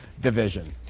division